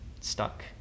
stuck